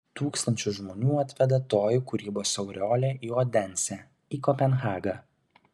tūkstančius žmonių atveda toji kūrybos aureolė į odensę į kopenhagą